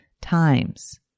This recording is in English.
times